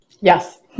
Yes